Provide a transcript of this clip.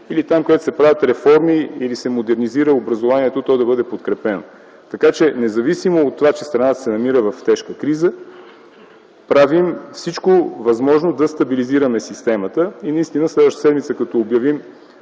и там, където се правят реформи или се модернизира образованието, то да бъде подкрепено. Така че независимо от това, че страната се намира в тежка криза, правим всичко възможно да стабилизираме системата и следващата седмица като обявим